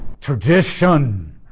Tradition